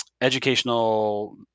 educational